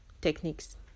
techniques